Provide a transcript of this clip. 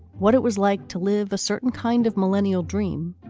what it was like to live a certain kind of millennial dream.